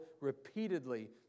repeatedly